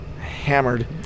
hammered